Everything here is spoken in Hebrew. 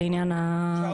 אפשר